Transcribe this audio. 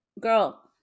girl